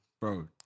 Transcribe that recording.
bro